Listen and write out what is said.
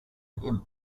him